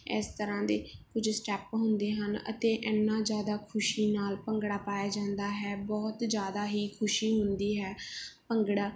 ਇਸ ਤਰ੍ਹਾਂ ਦੇ ਕੁਝ ਸਟੈਪ ਹੁੰਦੇ ਹਨ ਅਤੇ ਇੰਨਾ ਜ਼ਿਆਦਾ ਖੁਸ਼ੀ ਨਾਲ ਭੰਗੜਾ ਪਾਇਆ ਜਾਂਦਾ ਹੈ ਬਹੁਤ ਜ਼ਿਆਦਾ ਹੀ ਖੁਸ਼ੀ ਹੁੰਦੀ ਹੈ ਭੰਗੜਾ